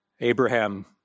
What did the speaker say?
Abraham